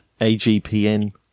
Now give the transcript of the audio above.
AGPN